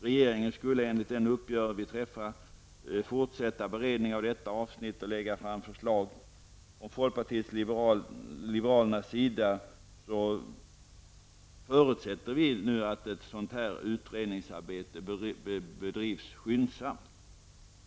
Regeringen skulle enligt den uppgörelse som vi träffade fortsätta beredningen av detta avsnitt och lägga fram förslag. Från folkpartiet liberalernas sida förutsätter vi att utredningsarbetet bedrivs skyndsamt.